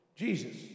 Jesus